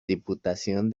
diputación